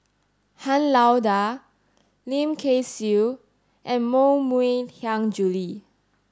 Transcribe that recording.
Han Lao Da Lim Kay Siu and Koh Mui Hiang Julie